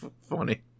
funny